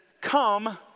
come